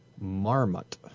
marmot